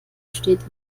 steht